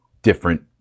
different